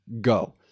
go